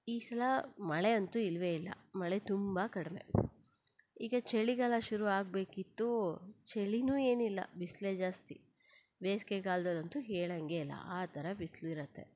ಈ ಸಲ ಮಳೆ ಅಂತೂ ಇಲ್ಲವೇ ಇಲ್ಲ ಮಳೆ ತುಂಬ ಕಡಿಮೆ ಈಗ ಚಳಿಗಾಲ ಶುರು ಆಗಬೇಕಿತ್ತು ಚಳಿಯೂ ಏನಿಲ್ಲ ಬಿಸಿಲೇ ಜಾಸ್ತಿ ಬೇಸಿಗೆಗಾಲ್ದಲ್ಲಂತೂ ಹೇಳಂಗೆ ಇಲ್ಲ ಆ ಥರ ಬಿಸಿಲಿರತ್ತೆ